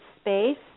space